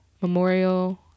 Memorial